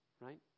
Right